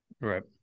Right